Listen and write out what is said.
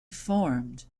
formed